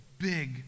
big